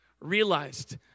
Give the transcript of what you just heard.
realized